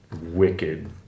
wicked